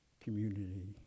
community